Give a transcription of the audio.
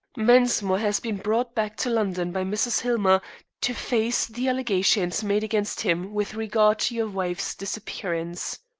mensmore has been brought back to london by mrs. hillmer to face the allegations made against him with regard to your wife's disappearance.